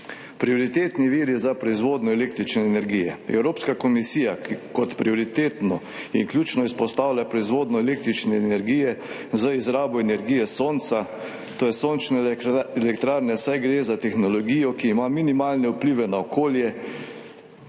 Prioritetni viri za proizvodnjo električne energije. Evropska komisija kot prioritetno in ključno izpostavlja proizvodnjo električne energije z izrabo energije sonca, to so sončne elektrarne, saj gre za tehnologijo, ki ima minimalne vplive na okolje,